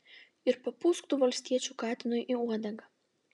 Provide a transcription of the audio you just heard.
ir papūsk tu valstiečių katinui į uodegą